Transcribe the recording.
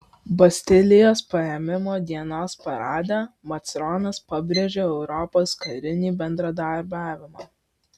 bastilijos paėmimo dienos parade macronas pabrėžė europos karinį bendradarbiavimą